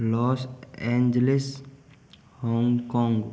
Los Angeles Hong Kong